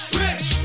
rich